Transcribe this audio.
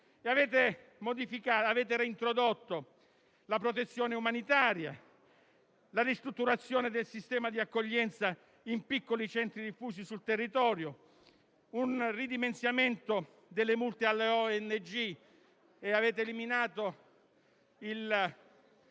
Avete reintrodotto la protezione umanitaria, la ristrutturazione del sistema di accoglienza in piccoli centri diffusi sul territorio, un ridimensionamento delle multe alle ONG e avete eliminato il